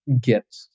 get